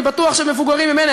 אני בטוח שמבוגרים ממני,